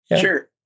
Sure